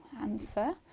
answer